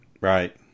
Right